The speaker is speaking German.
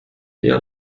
ihr